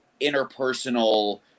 interpersonal